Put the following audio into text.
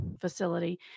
facility